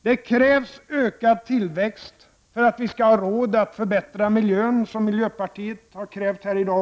Det krävs ökad tillväxt för att vi skall ha råd att förbättra miljön, vilket miljöpartiet har krävt här i dag.